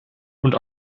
und